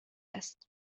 است